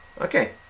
Okay